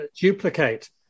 duplicate